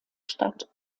stadt